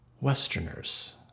Westerners